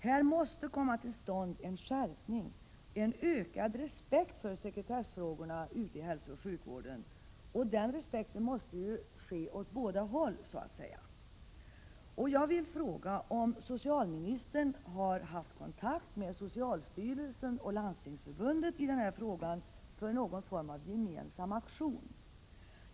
Det måste komma till stånd en skärpning och en ökad respekt för sekretessfrågorna ute i hälsooch sjukvården. Den respekten måste så att säga komma till stånd åt båda håll. Landstingsförbundet i den här frågan för någon form av gemensam aktion.